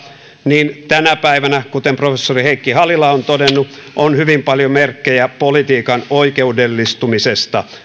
niin tänä päivänä kuten professori heikki halila on todennut on hyvin paljon merkkejä politiikan oikeudellistumisesta